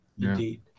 indeed